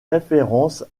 référence